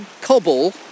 cobble